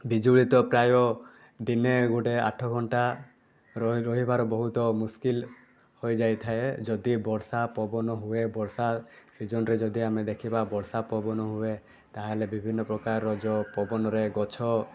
ବିଜୁଳି ତ ପ୍ରାୟ ଦିନେ ଗୋଟେ ଆଠ ଘଣ୍ଟା ରହି ରହିବାର ବହୁତ ମୁଶକିଲ୍ ହୋଇଯାଇଥାଏ ଯଦି ବର୍ଷା ପବନ ହୁଏ ବର୍ଷା ସିଜନରେ ଯଦି ଆମେ ଦେଖିବା ବର୍ଷା ପବନ ହୁଏ ତା'ହେଲେ ବିଭିନ୍ନପ୍ରକାରର ଯେଉଁ ପବନରେ ଗଛ